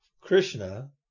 Krishna